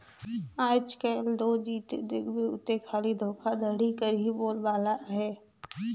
आएज काएल दो जिते देखबे उते खाली धोखाघड़ी कर ही बोलबाला अहे